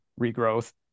regrowth